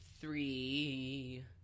Three